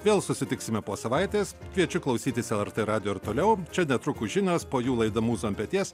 vėl susitiksime po savaitės kviečiu klausytis lrt radijo ir toliau čia netrukus žinos po jų laida mūza ant peties